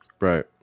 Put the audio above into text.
right